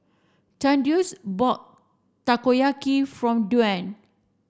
Thaddeus bought Takoyaki from Dwan